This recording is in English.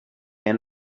end